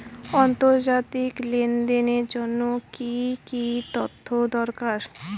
আন্তর্জাতিক লেনদেনের জন্য কি কি তথ্য দরকার?